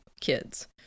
kids